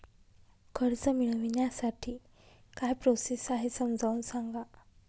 कर्ज मिळविण्यासाठी काय प्रोसेस आहे समजावून सांगा